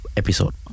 episode